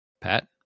Pat